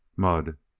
mud,